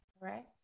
Right